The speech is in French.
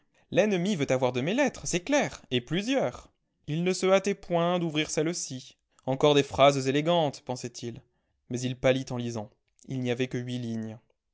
l'ennemi veut avoir de mes lettres c'est clair et plusieurs il ne se hâtait point d'ouvrir celle-ci encore des phrases élégantes pensait-il mais il pâlit en lisant il n'y avait que huit lignes